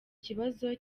kibazo